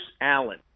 Allen